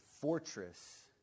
fortress